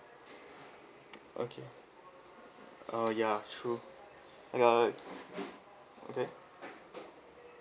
okay oh ya true uh okay